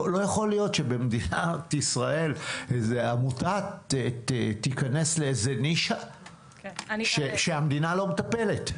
לא יכול להיות שבמדינת ישראל עמותה תיכנס לאיזה נישה שהמדינה לא מטפלת.